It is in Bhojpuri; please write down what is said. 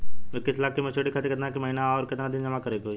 इक्कीस लाख के मचुरिती खातिर केतना के महीना आउरकेतना दिन जमा करे के होई?